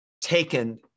taken